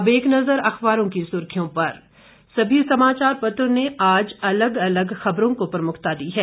अब एक नजर अखबारों की सुर्खियों पर समाचार पत्रों ने आज अलग अलग खबरों को प्रमुखता दी है